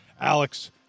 Alex